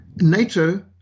NATO